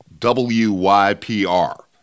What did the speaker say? WYPR